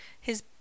His